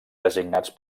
designats